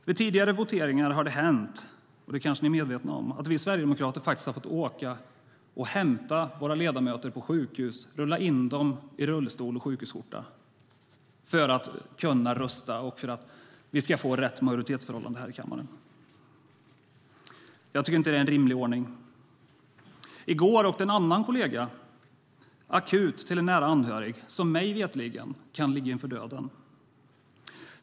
Vid tidigare voteringar har det hänt, och det kanske ni är medvetna om, att vi sverigedemokrater fått hämta ledamöter på sjukhus och rulla in dem i kammaren med rullstol och sjukhusskjorta för att vi ska kunna rösta och få rätt majoritetsförhållande här i kammaren. Jag tycker inte att det är en rimlig ordning. I går åkte en kollega akut till en nära anhörig som mig veterligen kan ligga inför döden.